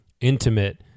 intimate